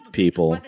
people